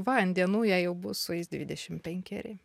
va ant dienų jai jau bus sueis dvidešimt penkeri